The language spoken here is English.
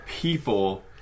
people